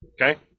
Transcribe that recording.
okay